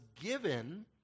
given